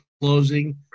closing